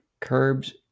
Curbs